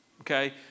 okay